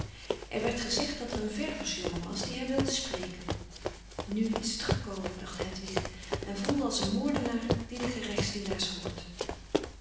er werd gezegd dat er een verversjongen was die haar wilde spreken nu is t gekomen dacht hedwig en voelde als een moordenaar die de gerechtsdienaars